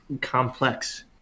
complex